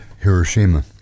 Hiroshima